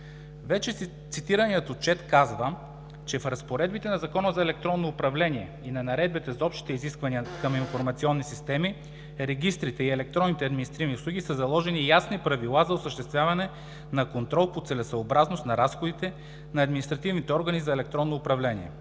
Вече цитираният отчет казва, че: „В разпоредбите на Закона за електронно управление и на наредбите за общите изискванията към „Информационни системи“ (председателят дава сигнал, че времето е изтекло), в регистрите и електронните административни услуги са заложени ясни правила за осъществяване на контрол по целесъобразност на разходите на административните органи за електронно управление.